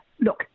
look